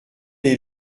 est